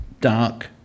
dark